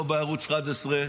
לא בערוץ 11,